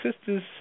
sisters